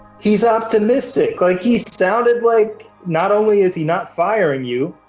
he's optimistic like he sounded, like, not only is he not firing you,